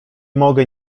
mogę